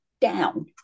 down